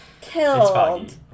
killed